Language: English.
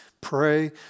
pray